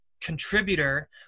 contributor